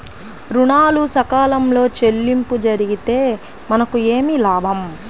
ఋణాలు సకాలంలో చెల్లింపు జరిగితే మనకు ఏమి లాభం?